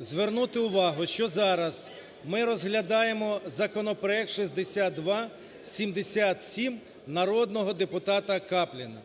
звернути увагу, що зараз ми розглядаємо законопроект 6277 народного депутата Капліна.